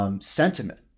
sentiment